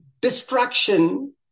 distraction